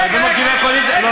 והרבה מרכיבי קואליציה, רגע, רגע.